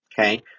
okay